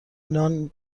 نان